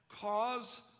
cause